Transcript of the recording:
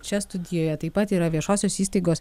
čia studijoje taip pat yra viešosios įstaigos